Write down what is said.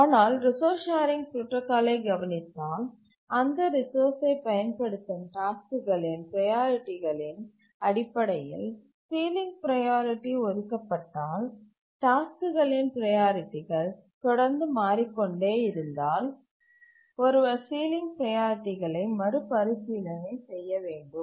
ஆனால் resource sharing protocol கவனித்தால் அந்த ரிசோர்ஸ்சை பயன்படுத்தும் டாஸ்க்குகளின் ப்ரையாரிட்டிகளின் அடிப்படையில் சீலிங் ப்ரையாரிட்டி ஒதுக்கப்பட்டால் டாஸ்க்குகளின் ப்ரையாரிட்டிகள் தொடர்ந்து மாறிக்கொண்டே இருந்தால் ஒருவர் சீலிங் ப்ரையாரிட்டிகளை மறுபரிசீலனை செய்ய வேண்டும்